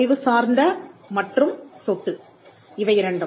அறிவு சார்ந்த மற்றும் சொத்து இவை இரண்டும்